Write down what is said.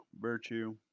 virtue